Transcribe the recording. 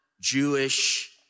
Jewish